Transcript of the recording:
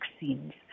vaccines